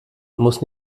muss